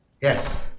yes